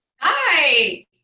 Hi